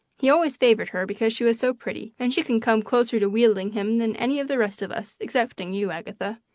he always favoured her because she was so pretty, and she can come closer to wheedling him than any of the rest of us excepting you, agatha.